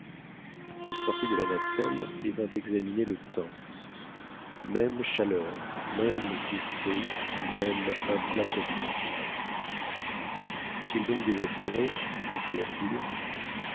il sortit de la nacelle et vint examiner le temps même chaleur même dureté même implacabilité faut-il donc désespérer